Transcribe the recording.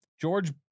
George